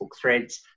threads